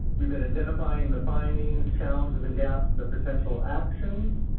we've been identifying the findings, challenges, and gaps, and the potential actions.